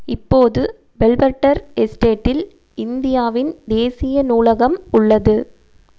இப்போது பெல்வெடர் எஸ்டேட்டில் இந்தியாவின் தேசிய நூலகம் உள்ளது